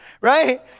Right